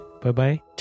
bye-bye